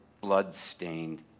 blood-stained